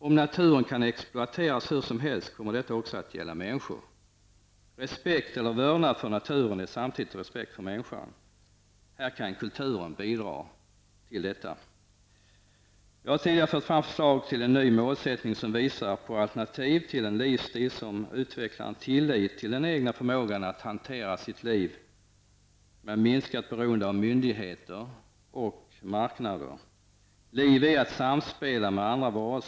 Om naturen kan exploateras hur som helst, kommer detta också att gälla människor. Respekt eller vördnad för naturen är samtidigt en respekt för människan. Här kan kulturen utgöra ett bidrag. Jag har tidigare fört fram förslag till en ny målsättning som visar på alternativ till en livsstil som utvecklar en tillit till den egna förmågan att hantera livet, med ett minskat beroende av myndigheter och marknader. Liv är ett samspel med andra varelser.